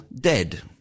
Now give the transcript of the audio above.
dead